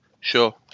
Sure